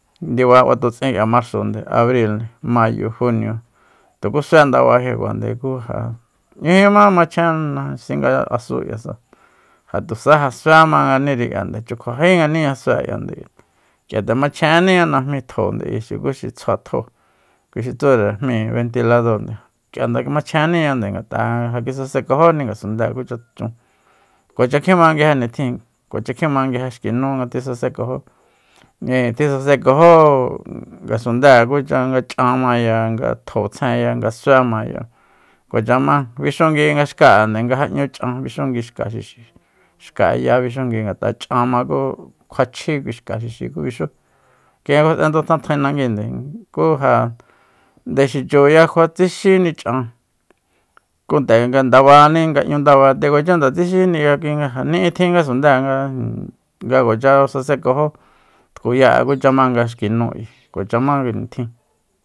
Ndiba batutsin k'ia marsonde abrilnde mayo junio tuku sué ndaba kjiakunde ku ja 'ñujíma machjen singa asu k'iasa ja tusa ja sué manganíri k'iande chukjuajínganiña sue k'iande ayi k'ia nde machjenníña namji tjóonde ayi xuku xi tsjua tjo kui xi tsure jmíi bentilador k'ia nde kjimachjeníña ngat'a nga ja kisasenkajóni ngasundée kuch chun kuacha kjima nguije nitjin kuacha kjima nguije xki nu nga tisasenkajó-tisasenkajó ngasundée kucha nga ch'anmaya nga tjo tsjenya nga suémaya kuacha ma bixunguinga xka'ende nga ja 'ñu ch'an bixungui xka xixi xka'eya bixungui ngat'a ch'an ma ku kjua chjí kui xka xixi ku bixú kuinga kjuas'endu tjaentjaen nanguinde ku ja ndexichuya kjua tsixíni ch'an ku nde nga ndabaní nga 'ñu nadba nde kuacha tsixíni ngakui nga ni'i tjin ngasundée nga ijin nga kuacha sasenkajó tkuya'e kucha ma nga xki nú ayi kuacha ma kui nitjin